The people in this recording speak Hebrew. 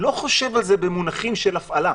הוא לא חושב על זה במונחים של הפעלה.